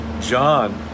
John